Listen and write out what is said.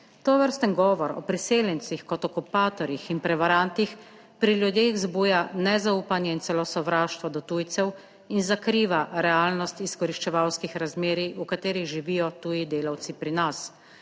Tovrsten govor o priseljencih kot okupatorjih in prevarantih, pri ljudeh zbuja nezaupanje in celo sovraštvo do tujcev in zakriva realnost izkoriščevalskih razmerij, v katerih živijo tuji delavci pri nas.